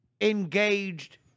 engaged